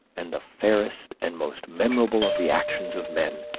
and the fairest and most memorable of the actions of men,